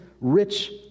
rich